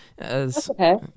Okay